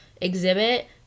Exhibit